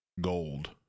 gold